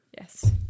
Yes